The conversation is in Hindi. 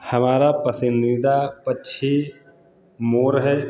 हमारा पसंदीदा पक्षी मोर है